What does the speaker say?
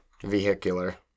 Vehicular